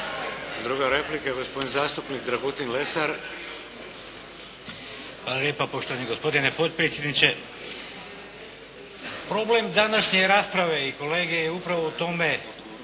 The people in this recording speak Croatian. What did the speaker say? Druga replika. Gospodin zastupnik Dragutin Lesar. **Lesar, Dragutin (Nezavisni)** Hvala lijepa poštovani gospodine potpredsjedniče. Problem današnje rasprave, i kolega je upravo u tome